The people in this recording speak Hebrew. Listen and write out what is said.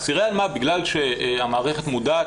אסירי אלמ"ב בגלל שהמערכת מודעת